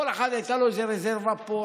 לכל אחד הייתה איזו רזרבה פה,